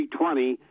320